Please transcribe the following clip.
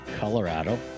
Colorado